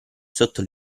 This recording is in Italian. sotto